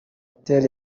patel